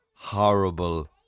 Horrible